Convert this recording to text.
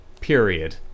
Period